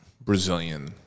Brazilian